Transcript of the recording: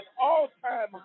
all-time